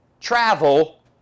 travel